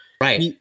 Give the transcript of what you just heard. right